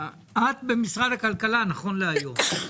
את במשרד הכלכלה נכון להיום.